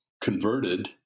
converted